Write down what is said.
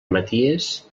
maties